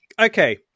okay